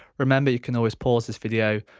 remember you can always pause this video,